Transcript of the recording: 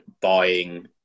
buying